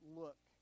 look